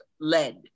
led